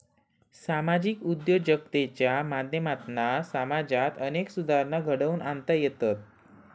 सामाजिक उद्योजकतेच्या माध्यमातना समाजात अनेक सुधारणा घडवुन आणता येतत